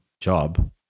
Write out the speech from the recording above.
job